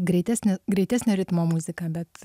greitesni greitesnio ritmo muzika bet